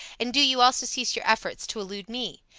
and do you also cease your efforts to elude me.